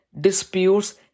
disputes